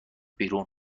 بیرون